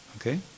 Okay